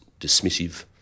dismissive